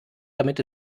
damit